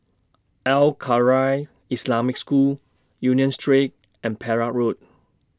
Al Khairiah Islamic School Union Street and Perak Road